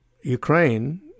Ukraine